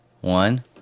one